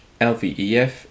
LVEF